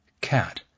cat